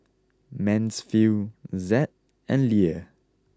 Mansfield Zed and Leah